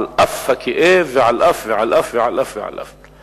על אף הכאב ועל אף ועל אף ועל אף ועל אף.